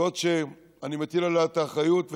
זאת שאני מטיל עליה את האחריות,